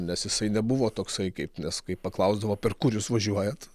nes jisai nebuvo toksai kaip nes kai paklausdavo per kur jūs važiuojat